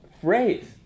phrase